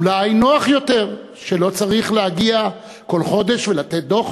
אולי נוח יותר שלא צריך להגיע כל חודש ולתת דוח,